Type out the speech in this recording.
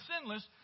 sinless